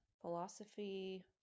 philosophy